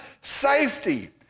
safety